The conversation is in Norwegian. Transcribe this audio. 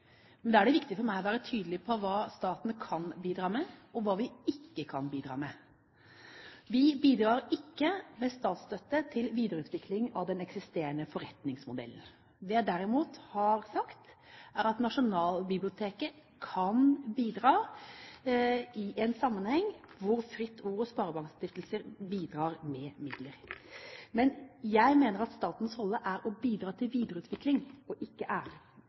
men da er det viktig for meg å være tydelig på hva staten kan bidra med, og hva staten ikke kan bidra med. Vi bidrar ikke med statsstøtte til en videreutvikling av den eksisterende forretningsmodellen. Det jeg derimot har sagt, er at Nasjonalbiblioteket kan bidra i en sammenheng hvor Fritt Ord og sparebankstiftelser bidrar med midler. Men jeg mener at statens rolle er å bidra til videreutvikling og ikke